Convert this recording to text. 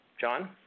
John